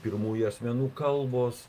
pirmųjų asmenų kalbos